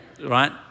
Right